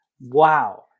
Wow